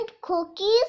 cookies